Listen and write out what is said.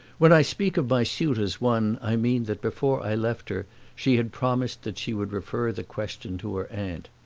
when i speak of my suit as won i mean that before i left her she had promised that she would refer the question to her aunt.